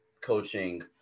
coaching